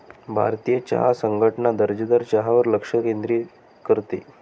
भारतीय चहा संघटना दर्जेदार चहावर लक्ष केंद्रित करते